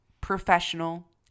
professional